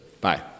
Bye